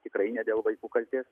tikrai ne dėl vaikų kaltės